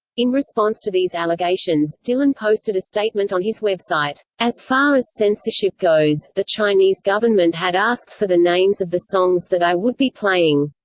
in response to these allegations, dylan posted a statement on his website as far as censorship goes, the chinese government had asked for the names of the songs that i would be playing.